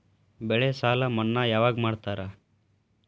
ಬೆಳೆ ಸಾಲ ಮನ್ನಾ ಯಾವಾಗ್ ಮಾಡ್ತಾರಾ?